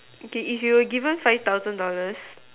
okay if you were given five thousand dollars